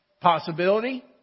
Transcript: Possibility